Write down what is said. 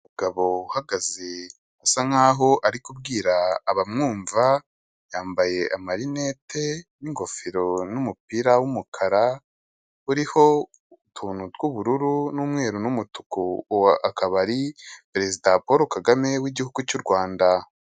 Umugabo uhagaze asa nkaho ari kubwira abamwumva yambaye amarinete n'ingofero n'umupira w'umukara uriho utuntu tw'ubururu n'umweru numutuku akabari perezida Paul Kagame w'igihugu cy'u Rwanda.